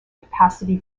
capacity